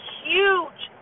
huge